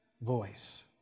voice